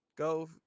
go